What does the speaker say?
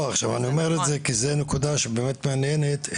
עכשיו אני אומר את זה כי זו נקודה שהיא באמת מעניינת,